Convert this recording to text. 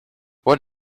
what